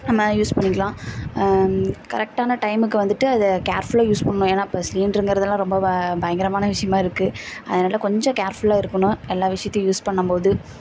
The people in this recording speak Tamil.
நம்ம யூஸ் பண்ணிக்கலாம் கரெக்டான டைமுக்கு வந்துட்டு அதை கேர்ஃபுலாக யூஸ் பண்ணணும் ஏன்னால் இப்போ சிலிண்டருங்கிறது எல்லாம் ரொம்பவே பயங்கரமான விஷயமா இருக்குது அதனால் கொஞ்சம் கேர்ஃபுலாக இருக்கணும் எல்லா விஷயத்தையும் யூஸ் பண்ணும்போது